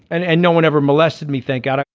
and and no one ever molested me. thank god.